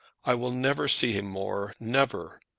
i will never see him more never.